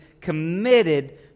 committed